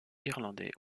irlandais